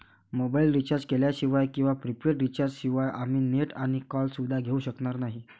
mobile recharge केल्याशिवाय किंवा prepaid recharge शिवाय आम्ही नेट आणि कॉल सुविधा घेऊ शकणार नाही